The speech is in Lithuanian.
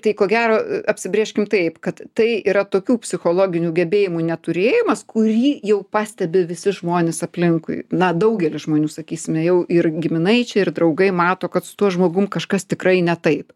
tai ko gero apsibrėžkim taip kad tai yra tokių psichologinių gebėjimų neturėjimas kurį jau pastebi visi žmonės aplinkui na daugelis žmonių sakysime jau ir giminaičiai ir draugai mato kad su tuo žmogum kažkas tikrai ne taip